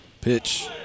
pitch